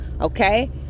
okay